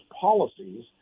policies